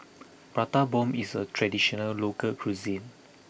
Prata Bomb is a traditional local cuisine